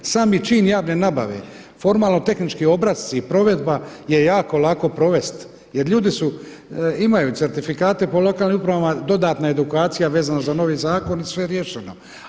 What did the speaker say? Sami čin javne nabave, formalno tehnički obrasci i provedba je jako lako provesti jer ljudi imaju certifikate po lokalnim upravama dodatna edukacija vezano za novi zakon i sve riješeno.